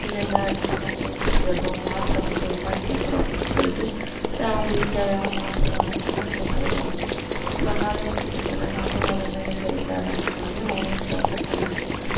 இல்லை இல்லை அது சும்மா கேட்டு போயிடறோம் மாத்திரை மட்டும் என்னான்னு கேட்குறோம் அப்படின்னு சொல்லிட்டு அவங்களுக்கு தேவையான மாத்திரையை வாங்கிட்டு கம்முன்னு போயிடுவாங்க சொன்னாலும் வச்சுக்கிறது இல்லை நாங்களும் உடல்நிலை சரியில்லாதவங்கன்னாலையும் அவங்களும் கேட்குறதில்ல